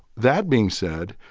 that being said,